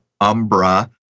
umbra